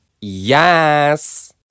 Yes